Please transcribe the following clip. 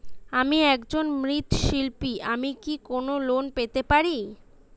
আমি একজন মৃৎ শিল্পী আমি কি কোন লোন পেতে পারি?